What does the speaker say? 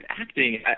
acting